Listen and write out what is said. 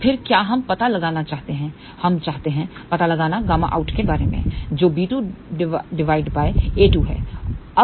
तो फिर क्या हम पता लगाना चाहते हैं हम चाहते हैं पता लगाना ƬOUT के बारे में जो b2 डिवाइडेड बाय a2 है